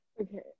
Okay